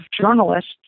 journalists